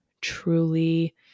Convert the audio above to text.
truly